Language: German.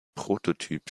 prototyp